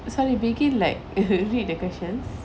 so we begin like read the questions